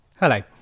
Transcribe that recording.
Hello